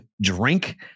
drink